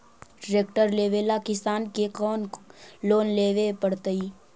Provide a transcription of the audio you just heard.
Tractor लेवेला किसान के कौन लोन लेवे पड़तई?